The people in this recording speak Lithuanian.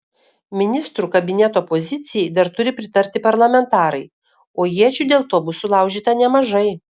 ministrų kabineto pozicijai dar turi pritarti parlamentarai o iečių dėl to bus sulaužyta nemažai